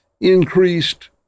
increased